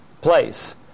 place